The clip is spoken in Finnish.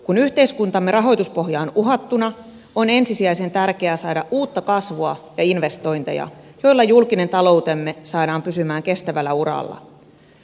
kun yhteiskuntamme rahoituspohja on uhattuna on ensisijaisen tärkeää saada uutta kasvua ja investointeja joilla julkinen taloutemme saadaan pysymään kestävällä uralla